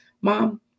mom